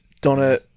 Donna